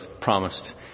promised